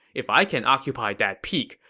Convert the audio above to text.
if i can occupy that peak,